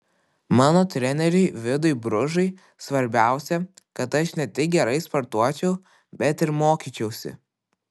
mano treneriui vidui bružui svarbiausia kad aš ne tik gerai sportuočiau bet ir mokyčiausi